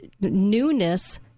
newness